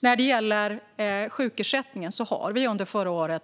När det gäller sjukersättningen har det pågått ett arbete under förra året